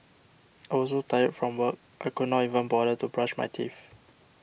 I was so tired from work I could not even bother to brush my teeth